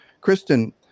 Kristen